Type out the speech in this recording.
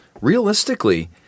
realistically